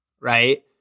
right